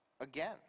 again